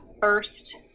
first